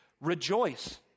Rejoice